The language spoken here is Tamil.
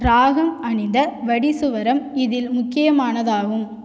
ராகம் அணிந்த வடி சுவரம் இதில் முக்கியமானதாகும்